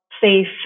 safe